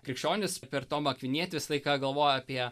krikščionys per tomą akvinietį visą laiką galvoja apie